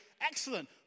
Excellent